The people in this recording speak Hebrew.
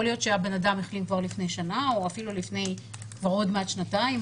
להיות שהבן אדם החלים כבר לפני שנה או אפילו לפני עוד מעט שנתיים,